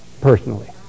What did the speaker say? personally